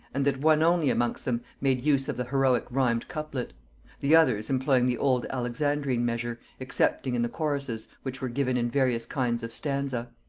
and that one only amongst them made use of the heroic rhymed couplet the others employing the old alexandrine measure, excepting in the choruses, which were given in various kinds of stanza.